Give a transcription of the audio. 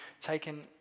taken